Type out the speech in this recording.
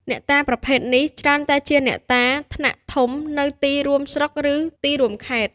អ្នកតាប្រភេទនេះច្រើនតែជាអ្នកតាថ្នាក់ធំនៅទីរួម ស្រុក ឬ ទីរួមខេត្ត។